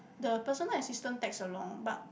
the personal assistant text a long but